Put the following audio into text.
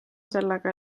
sellega